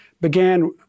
began